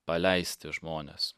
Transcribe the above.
paleisti žmones